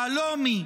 יהלומי,